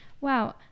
wow